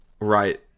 right